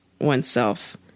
oneself